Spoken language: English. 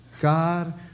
God